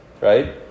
Right